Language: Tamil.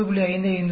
20 20 19